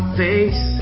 face